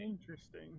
Interesting